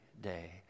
day